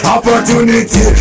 Opportunity